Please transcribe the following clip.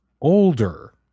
older